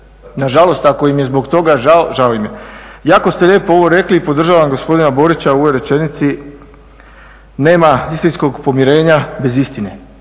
Nažalost, ako im je zbog toga žao, žao im je. Jako ste lijepo ovo rekli i podržavam gospodina Borića u ovoj rečenici nema istinskog pomirenja bez istine,